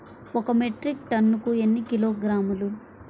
ఒక మెట్రిక్ టన్నుకు ఎన్ని కిలోగ్రాములు?